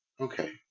Okay